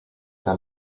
tra